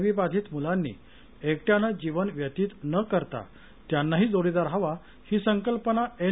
V बाधित मुलांनी एकट्याने जीवन व्यतीत न करता त्यांना ही जोडीदार हवा ही संकल्पना एन